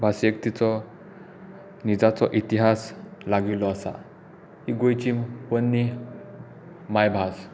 भास एक तिचो निजाचो इतिहास लागिल्लो आसा ही गोंयची पोन्नी मायभास